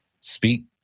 speak